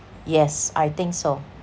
yes I think so